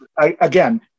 again